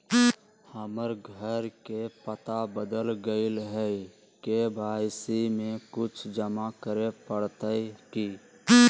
हमर घर के पता बदल गेलई हई, के.वाई.सी में कुछ जमा करे पड़तई की?